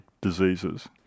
diseases